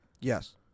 Yes